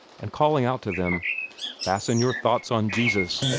and calling out to them fasten your thoughts on jesus!